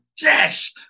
yes